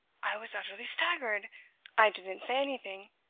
i was utterly staggered i didn't say anything.